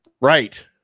Right